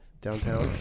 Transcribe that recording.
Downtown